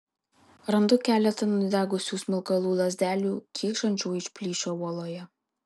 randu keletą nudegusių smilkalų lazdelių kyšančių iš plyšio uoloje